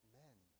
men